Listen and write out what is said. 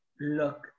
look